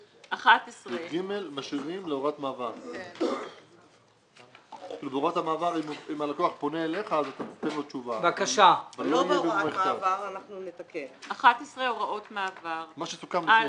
11. על